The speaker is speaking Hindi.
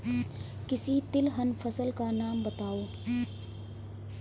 किसी तिलहन फसल का नाम बताओ